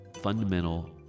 fundamental